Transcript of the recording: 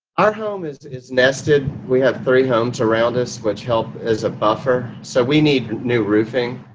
our home is is nested. we have three homes around us, which helped as a buffer. so we need new roofing.